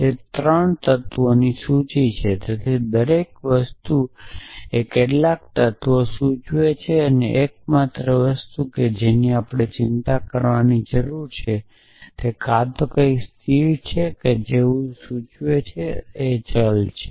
તે 3 તત્વોની સૂચિ છે તેથી દરેક વસ્તુ એ કેટલાક તત્વોની સૂચિ છે અને એકમાત્ર વસ્તુની આપણે ચિંતા કરવાની જરૂર છે તે કાંઈ કંઇક સ્થિર છે જેવું સૂચિ લોકો કહે છે અથવા તે ચલ છે